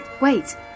Wait